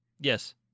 Yes